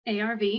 ARV